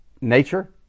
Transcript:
nature